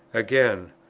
again,